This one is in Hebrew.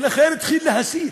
ולכן התחיל להסית